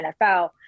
NFL